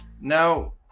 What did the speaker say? Now